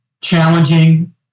challenging